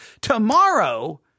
tomorrow